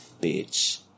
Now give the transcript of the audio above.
Bitch